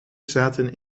zaten